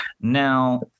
Now